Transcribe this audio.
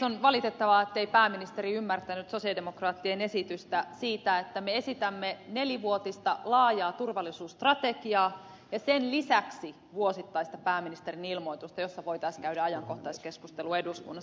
on valitettavaa ettei pääministeri ymmärtänyt sosialidemokraattien esitystä nelivuotisesta laajasta turvallisuusstrategiasta ja sen lisäksi vuosittaisesta pääministerin ilmoituksesta josta voitaisiin käydä ajankohtaiskeskustelua eduskunnassa